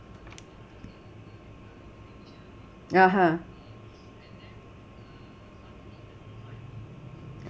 (uh huh)